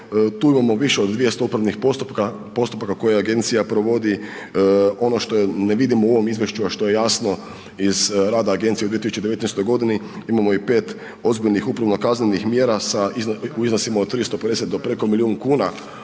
tu imamo više od 200 upravnih postupaka koje agencija provodi, ono što ne vidimo u ovom izvješću, a što je jasno iz rada agencije u 2019.g. imamo i 5 ozbiljnih upravno kaznenih mjera sa, u iznosima od 350 do preko milijun kuna